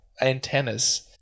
antennas